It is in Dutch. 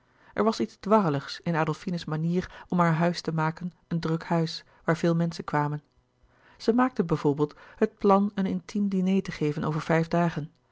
er was iets dwarreligs in adolfine's manier om haar huis te maken een druk huis waar veel menschen kwamen zij maakte bijvoorbeeld het plan een intiem diner te geven over vijf dagen